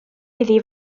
iddi